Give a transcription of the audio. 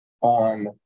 on